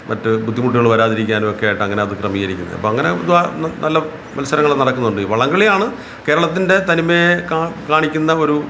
മറ്റു ബുദ്ധിമുട്ടുകള് വരാതിരിക്കാനുമൊക്കെയായിട്ട് അങ്ങനത് ക്രമീകരിക്കുന്നു അപ്പോള് അങ്ങനെ വാ നല്ല മത്സരങ്ങള് നടക്കുന്നുണ്ട് വള്ളംകളിയാണ് കേരളത്തിന്റെ തനിമയെ കാ കാണിക്കുന്ന ഒരു